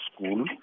school